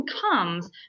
comes